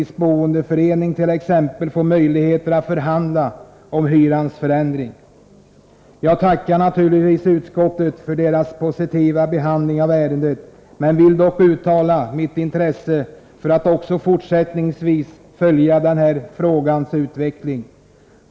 De skulle t.ex. kunna ges möjligheter att i sina fritidsboendeföreningar förhandla om hyrorna. Jag tackar naturligtvis utskottet för den positiva behandlingen av motionen, men vill dock uttala mitt intresse för att också fortsättningsvis följa den här frågans utveckling.